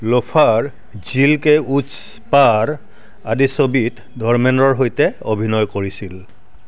loafer Jheel Ke Us Paar আদি ছবিত ধৰ্মেন্দ্ৰৰ সৈতে অভিনয় কৰিছিল